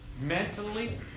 mentally